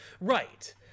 right